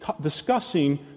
discussing